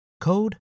code